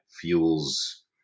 fuels